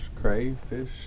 crayfish